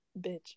Bitch